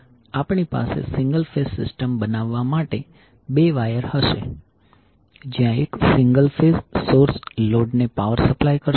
આપણી પાસે single phase system બનાવવા માટે બે વાયર હશે જ્યાં એક સિંગલ ફેઝ સોર્સ લોડને પાવર સપ્લાય કરશે